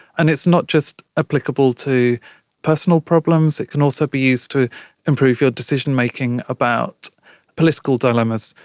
and it's not just applicable to personal problems, it can also be used to improve your decision-making about political dilemmas.